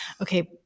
Okay